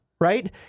right